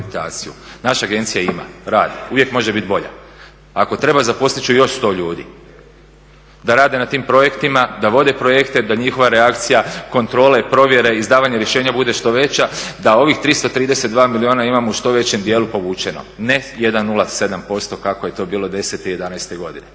Naša agencija ima, radi, uvijek može bit bolja. Ako treba zaposlit ću još 100 ljudi da rade na tim projektima, da vode projekte, da njihova reakcija kontrole, provjere, izdavanja rješenja bude što veća, da ovih 332 milijuna imamo u što većem dijelu povučeno. Ne 107% kako je to bilo desete i